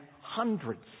hundreds